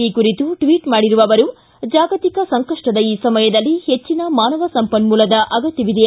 ಈ ಕುರಿತು ಟ್ವಟ್ ಮಾಡಿರುವ ಅವರು ಜಾಗತಿಕ ಸಂಕಪ್ಪದ ಈ ಸಮಯದಲ್ಲಿ ಹೆಚ್ಚನ ಮಾನವ ಸಂಪನ್ನೂಲದ ಅಗತ್ಯವಿದೆ